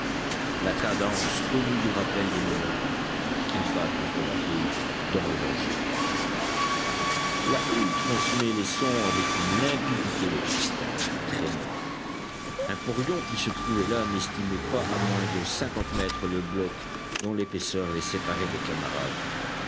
la cadence connue du rappel des mineurs qu'ils battent contre la houille dans le danger la houille transmet les sons avec une limpidité de cristal très loin un porion qui se trouvait là n'estimait pas à moins de cinquante mètres le bloc dont l'épaisseur les séparait des camarades